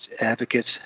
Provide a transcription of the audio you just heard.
advocates